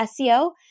SEO